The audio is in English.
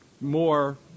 more